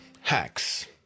hacks